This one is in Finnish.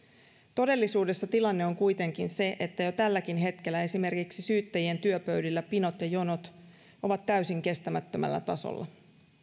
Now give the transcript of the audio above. todellisuudessa tilanne on kuitenkin se että jo tälläkin hetkellä esimerkiksi syyttäjien työpöydillä pinot ja jonot ovat täysin kestämättömällä tasolla